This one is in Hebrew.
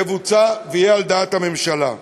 יבוצע ויהיה על דעת הממשלה.